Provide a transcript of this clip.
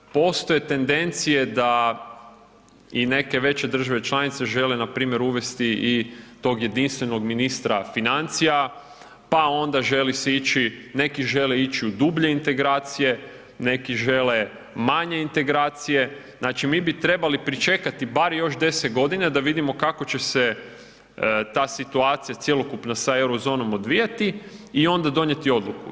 Postoje tendencije da i neke veće države članice žele npr. uvesti i tog jedinstvenog ministra financija, pa onda želi se ići, neki žele ići u dublje integracije, neki žele manje integracije, znači bi trebali pričekati bar još 10 godina da vidimo kako će se ta situacija cjelokupna se euro zonom odvijati i onda donijeti odluku.